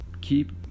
keep